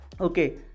Okay